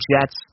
Jets